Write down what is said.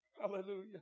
Hallelujah